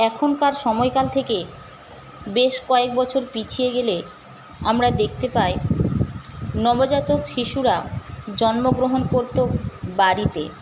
এখনকার সময়কাল থেকে বেশ কয়েকবছর পিছিয়ে গেলে আমরা দেখতে পাই নবজাতক শিশুরা জন্ম গ্রহণ করতো বাড়িতে